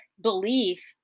belief